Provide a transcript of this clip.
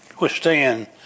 withstand